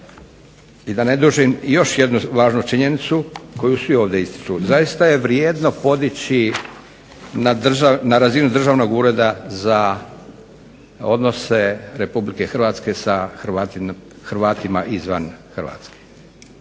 I da ne dužim, još jednu važnu činjenicu koju svi ovdje ističu, zaista je vrijedno podići na razinu Državnog ureda za odnose RH sa Hrvatima izvan Hrvatske.